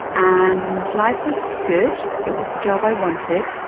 and life was good, it was the job i wanted,